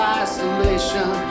isolation